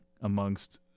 amongst